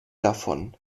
davon